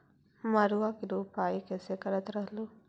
मड़उआ की रोपाई कैसे करत रहलू?